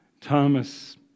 Thomas